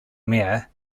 mayor